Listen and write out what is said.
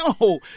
No